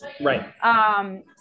Right